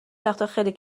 وقتاخیلی